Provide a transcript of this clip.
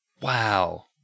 Wow